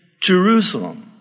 Jerusalem